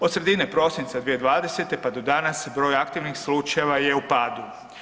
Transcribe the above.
Od sredine prosinca 2020. pa do danas broj aktivnih slučajeva je u padu.